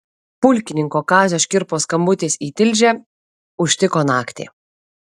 pulkininko kazio škirpos skambutis į tilžę užtiko naktį